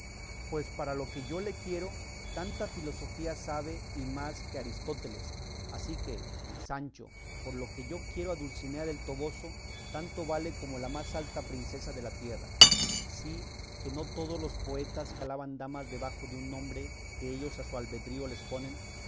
pues para lo que yo le quiero tanta filosofía sabe y más que aristóteles así que sancho por lo que yo quiero a dulcinea del toboso tanto vale como la más alta princesa de la tierra sí que no todos los poetas que alaban damas debajo de un nombre que ellos a su albedrío les ponen